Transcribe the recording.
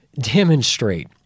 demonstrate